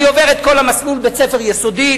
אני עובר את כל המסלול מבית-ספר יסודי,